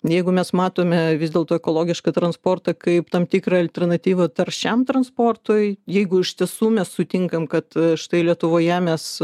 jeigu mes matome vis dėlto ekologišką transportą kaip tam tikrą alternatyvą taršiam transportui jeigu iš tiesų mes sutinkam kad štai lietuvoje mes